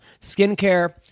skincare